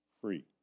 Free